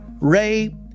Ray